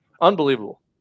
Unbelievable